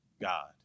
God